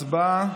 הצבעה.